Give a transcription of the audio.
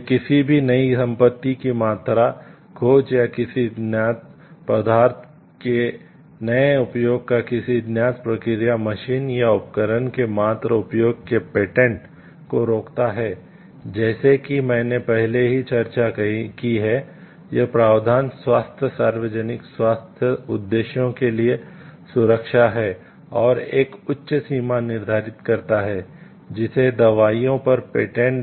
यह किसी भी नई संपत्ति की मात्र खोज या किसी ज्ञात पदार्थ के नए उपयोग या किसी ज्ञात प्रक्रिया मशीन या उपकरण के मात्र उपयोग के पेटेंट